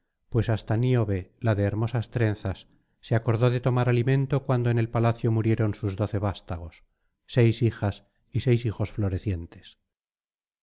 pues hasta níobe la de hermosas trenzas se acordó de tomar alimento cuando en el palacio murieron sus doce vastagos seis hijas y seis hijos florecientes